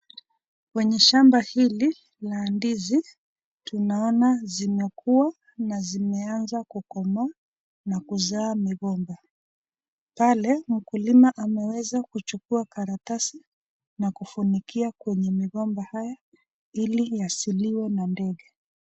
Kwenye shamba hili la ndizi, tunaona zimekua na zimeanza kukomaa na kuzaa migomba. Pale mkulima ameweza kuchukua karatasi na kufunikia kwenye migomba haya ili ysiliwe na ndege.